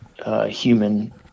Human